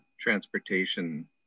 transportation